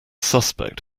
suspect